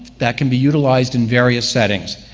that can be utilized in various settings,